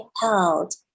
held